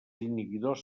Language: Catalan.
inhibidors